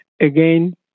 Again